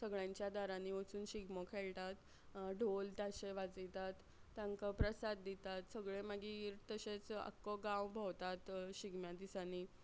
सगळ्यांच्या दारांनी वचून शिगमो खेळटात ढोल ताशे वाजयतात तांकां प्रसाद दितात सगळे मागीर तशेंच आख्खो गांव भोंवतात शिगम्या दिसांनी